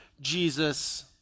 Jesus